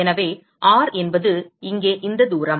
எனவே R என்பது இங்கே இந்த தூரம்